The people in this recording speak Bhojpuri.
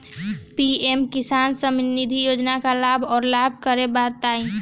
पी.एम किसान सम्मान निधि योजना का होला औरो लाभ के बारे में बताई?